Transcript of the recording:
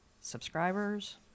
subscribers